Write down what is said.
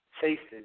chasing